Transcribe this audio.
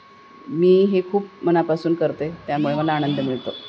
मी हे खूप मनापासून करते त्यामुळे मला आनंद मिळतो